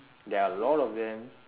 there are a lot of them